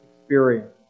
experience